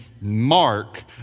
Mark